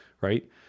Right